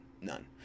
none